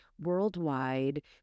worldwide